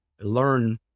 learn